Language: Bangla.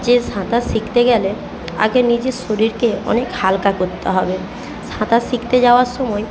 যে সাঁতার শিখতে গেলে আগে নিজের শরীরকে অনেক হালকা করতে হবে সাঁতার শিখতে যাওয়ার সময়